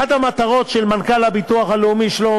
אחת המטרות של מנכ"ל הביטוח הלאומי שלמה